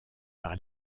par